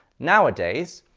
nowadays,